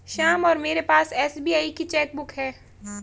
श्याम और मेरे पास एस.बी.आई की चैक बुक है